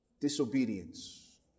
disobedience